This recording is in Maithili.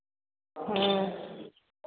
ह्म्म